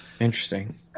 Interesting